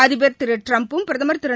அதிபர் திருட்ரம்பும் பிரதமர் திரு